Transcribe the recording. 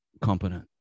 competent